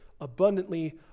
abundantly